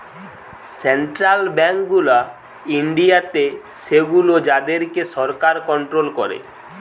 central bank গুলা ইন্ডিয়াতে সেগুলো যাদের কে সরকার কন্ট্রোল করে